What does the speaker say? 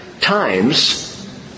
times